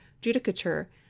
judicature